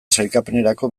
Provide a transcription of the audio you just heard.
sailkapenerako